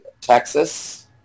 Texas